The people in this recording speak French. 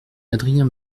adrien